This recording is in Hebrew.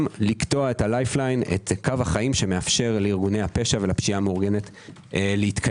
זה לקטוע את קו החיים שמאפשר לארגוני הפשע ולפשיעה המאורגנת להתקיים.